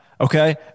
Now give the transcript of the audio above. Okay